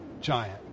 giant